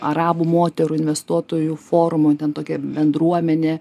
arabų moterų investuotojų forumo ten tokia bendruomenė